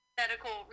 medical